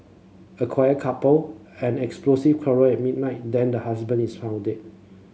a quiet couple an explosive quarrel at midnight then the husband is found deed